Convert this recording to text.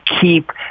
keep